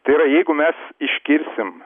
tai yra jeigu mes iškirsim